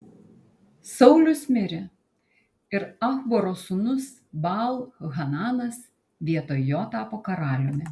saulius mirė ir achboro sūnus baal hananas vietoj jo tapo karaliumi